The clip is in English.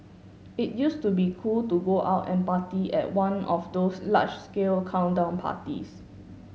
it used to be cool to go out and party at one of those large scale countdown parties